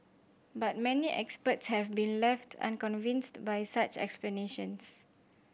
but many experts have been left unconvinced by such explanations